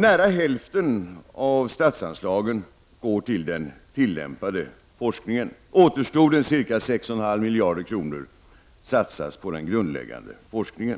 Nära hälften av statsanslagen går till den tillämpade forskningen. Återstoden, ca 6,5 miljarder kronor, satsas på den grundläggande forskningen.